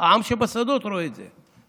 העם שבשדות, רואה את זה.